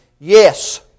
Yes